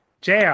JR